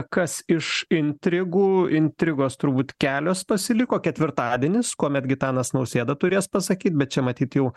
kas iš intrigų intrigos turbūt kelios pasiliko ketvirtadienis kuomet gitanas nausėda turės pasakyt bet čia matyt jau